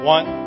One